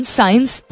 science